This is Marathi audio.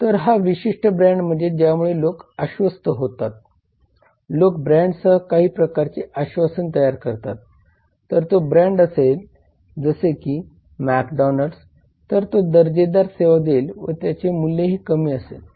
तर हा विशिष्ट ब्रँड म्हणजेच ज्यामुळे लोक आश्वस्थ होतात लोक ब्रँडसह काही प्रकारचे आश्वासन तयार करतात जर तो ब्रँड असेल जसे की मॅकडोनाल्ड्स तर तो दर्जेदार सेवा देईल व त्याचे मूल्यही कमी असेल